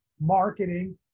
marketing